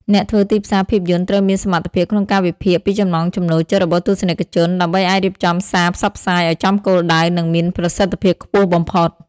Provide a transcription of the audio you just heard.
អ្នកធ្វើទីផ្សារភាពយន្តត្រូវមានសមត្ថភាពក្នុងការវិភាគពីចំណង់ចំណូលចិត្តរបស់ទស្សនិកជន ដើម្បីអាចរៀបចំសារផ្សព្វផ្សាយឱ្យចំគោលដៅ និងមានប្រសិទ្ធភាពខ្ពស់បំផុត។